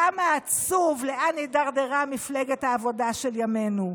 כמה עצוב, לאן הידרדרה מפלגת העבודה של ימינו.